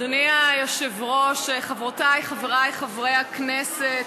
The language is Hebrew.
אדוני היושב-ראש, חברותי, חברי חברי הכנסת,